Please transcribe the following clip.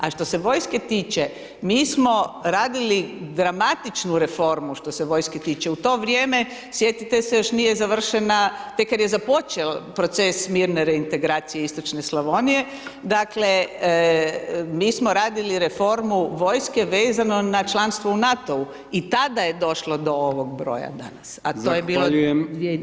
A što se vojske tiče, mi smo radili dramatičnu reformu što se vojske tiče, u to vrijeme sjetite se, još nije završena, tek kad je započeo proces mirne integracije istočne Slavonije, dakle mi smo radili reformu vojske vezano na članstvo u NATO-u, i tada je došlo do ovog broja danas a to jer bilo 2009.